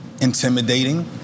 intimidating